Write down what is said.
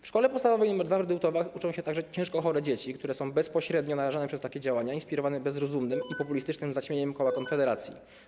W Szkole Podstawowej nr 2 w Rydułtowach uczą się także ciężko chore dzieci, które są bezpośrednio narażone przez takie działania inspirowane bezrozumnym i populistycznym zaćmieniem koła Konfederacji.